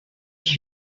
qui